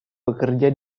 bekerja